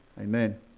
Amen